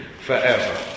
forever